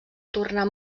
tornar